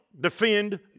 defend